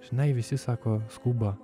žinai visi sako skuba